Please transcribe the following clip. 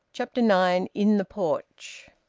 chapter nine. in the porch.